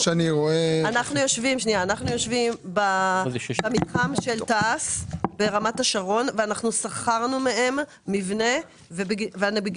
אנחנו עד 10 עובדים ובגינם יש שכר עבודה ונלוות.